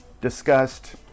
discussed